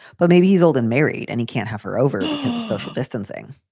but maybe he's old and married and he can't have her over social distancing.